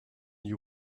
you